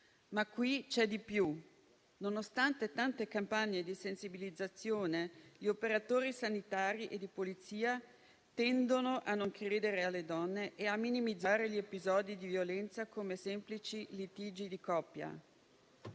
ma qui c'è di più: nonostante tante campagne di sensibilizzazione, gli operatori sanitari e di polizia tendono a non credere alle donne e a minimizzare gli episodi di violenza come semplici litigi di coppia.